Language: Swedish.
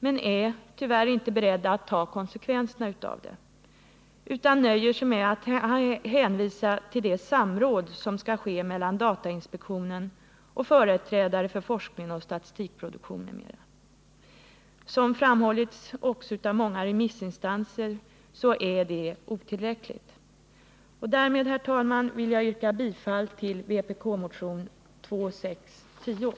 Men man är tyvärr inte beredd att ta konsekvenserna av detta utan nöjer sig med att hänvisa till det samråd som skall ske mellan datainspektionen och företrädare för forskning och statistikproduktion m.m. Som också framhållits av många remissinstanser är detta otillräckligt. Herr talman! Jag vill yrka bifall till vpk-motionen 2610.